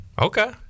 okay